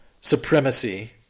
supremacy